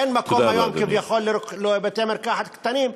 ואין מקום היום כביכול לבתי-מרקחת קטנים.